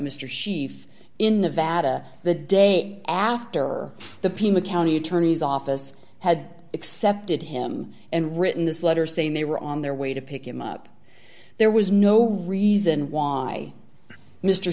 sharif in nevada the day after or the pima county attorney's office had accepted him and written this letter saying they were on their way to pick him up there was no reason why mr